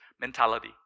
mentality